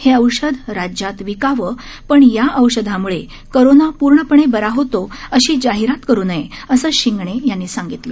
हे औषध राज्यात विकावं पण या औषधामुळे कोरोना पूर्णपणे बरा होतो अशी जाहिरात करू नये असं शिंगणे यांनी सांगितलं